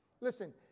Listen